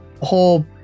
whole